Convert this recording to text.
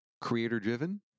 Creator-driven